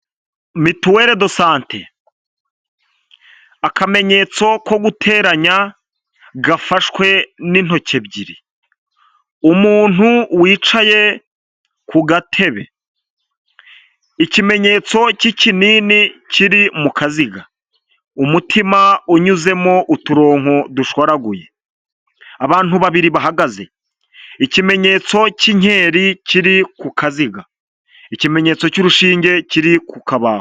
Mituele de sante, akamenyetso ko guteranya gafashwe n'intoki ebyiri, umuntu wicaye ku gatebe, ikimenyetso k'ikinini kiri mu kaziga, umutima unyuzemo uturongo dushwaraguye, abantu babiri bahagaze, ikimenyetso cy'inkeri kiri ku kaziga, ikimenyetso cy'urushinge kiri ku kabaho.